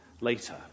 later